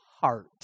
Heart